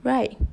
right